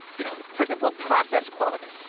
you know for example, process quality.